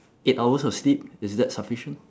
eight hours of sleep is that sufficient